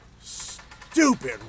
Stupid